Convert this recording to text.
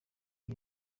iyi